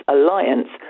Alliance